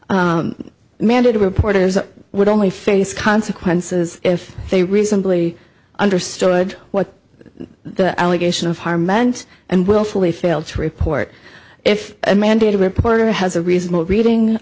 mandated reporters would only face consequences if they reasonably understood what the allegation of harm meant and willfully failed to report if a mandated reporter has a reasonable reading